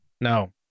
No